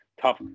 tough